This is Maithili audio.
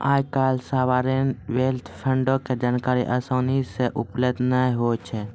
आइ काल्हि सावरेन वेल्थ फंडो के जानकारी असानी से उपलब्ध नै होय छै